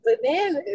bananas